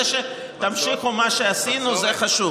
זה שתמשיכו מה שעשינו, זה חשוב.